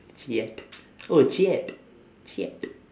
cheeat oh cheeat cheeat